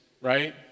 right